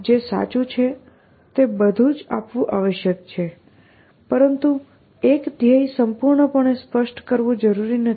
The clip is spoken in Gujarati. જે સાચું છે તે બધું જ આપવું આવશ્યક છે પરંતુ એક ધ્યેય સંપૂર્ણપણે સ્પષ્ટ કરવો જરૂરી નથી